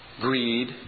greed